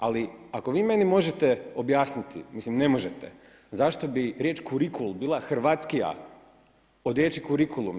Ali ako vi meni možete objasniti, mislim ne možete, zašto bi riječ kurikul bila hrvatskija od riječi kurikulum.